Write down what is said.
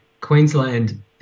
Queensland